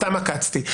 סתם עקצתי.